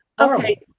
Okay